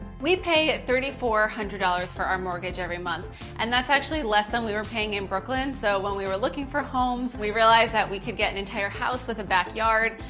we pay three thousand four hundred dollars for our mortgage every month and that's actually less than we were paying in brooklyn. so when we were looking for homes we realized that we could get an entire house with a backyard,